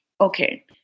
Okay